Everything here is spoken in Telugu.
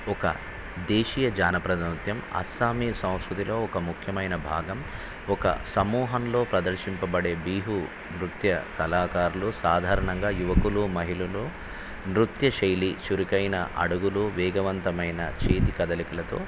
ఒక దేశీయ జానప్రద నృత్యం అస్సామీ సాంస్కృతిలో ఒక ముఖ్యమైన భాగం ఒక సమూహంలో ప్రదర్శింపబడే బీహు నృత్య కళాకారులు సాధారణంగా యువకులు మహిళలు నృత్య శైలి చురుకైన అడగులు వేగవంతమైన చేతి కదలికలతో